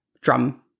drum